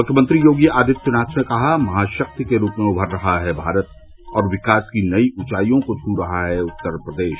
मुख्यमंत्री योगी आदित्यनाथ ने कहा महाशक्ति के रूप में उमर रहा है भारत और विकास की नई ऊँचाइयों को छू रहा है उत्तर प्रदेश